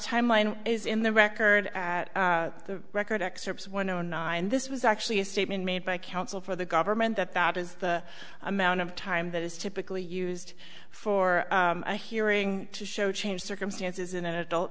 timeline is in the record at the record excerpts one zero nine this was actually a statement made by counsel for the government that that is the amount of time that is typically used for a hearing to show changed circumstances in an adult